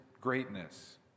greatness